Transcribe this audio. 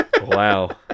Wow